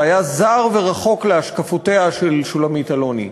שהיה זר ורחוק להשקפותיה של שולמית אלוני.